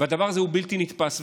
הדבר הזה הוא בלתי נתפס.